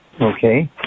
okay